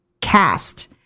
cast